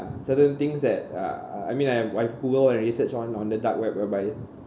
certain things that uh uh I mean I have google and research on on the dark web whereby